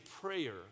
prayer